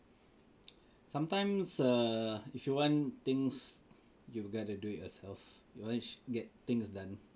sometimes err if you want things you've got to do it yourself you want to get things done